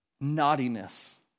naughtiness